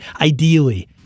Ideally